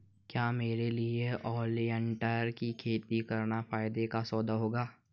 क्या मेरे लिए ओलियंडर की खेती करना फायदे का सौदा होगा?